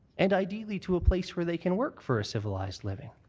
and ideally to a place where they can work for a civilized living.